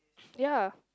ya